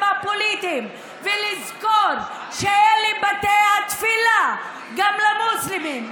הפוליטיים ולזכור שאלה בתי תפילה גם למוסלמים,